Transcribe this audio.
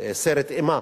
סרט אימה,